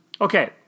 Okay